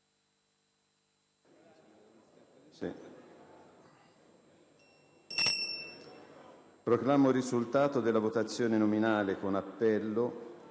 Proclamo il risultato della votazione nominale con appello